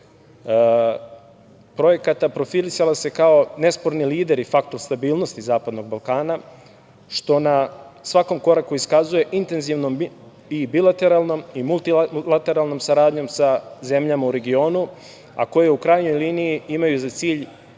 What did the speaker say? projekata profilisala se kao nesporni lider i faktor stabilnosti Zapadnog Balkana, što na svakom koraku iskazuje intenzivnom i bilateralnom i multilateralnom saradnjom sa zemljama u regionu, a koje u krajnjoj liniji imaju za cilj